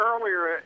earlier